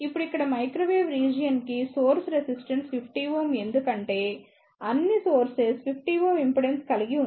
ఇప్పుడు ఇక్కడమైక్రోవేవ్ రీజియన్ కి సోర్స్ రెసిస్టెన్స్ 50Ω ఎందుకంటే అన్ని సోర్సెస్ 50Ω ఇంపిడెన్స్ కలిగి ఉంది